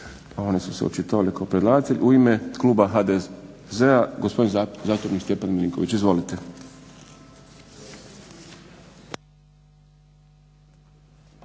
oni su se očitovali kao predlagatelji. U ime kluba HDZ-a gospodin zastupnik Stjepan Milinković. Izvolite.